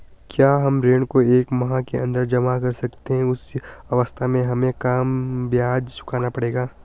क्या हम ऋण को एक माह के अन्दर जमा कर सकते हैं उस अवस्था में हमें कम ब्याज चुकाना पड़ेगा?